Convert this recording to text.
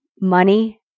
money